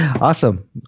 awesome